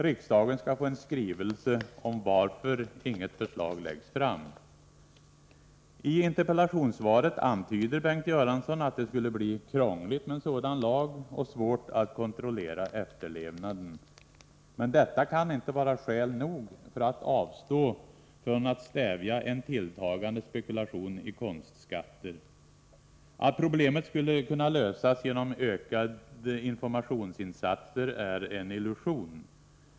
Riksdagen skall få en skrivelse om varför inget förslag läggs fram. I interpellationssvaret antyder Bengt Göransson att det skulle bli krångligt med en sådan lag och svårt att kontrollera efterlevnaden. Men detta kan inte vara skäl nog för att avstå från att stävja en tilltagande spekulation i konstskatter. Att problemet skulle kunna lösas genom ökade informationsinsatser är en illusion.